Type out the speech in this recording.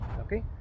okay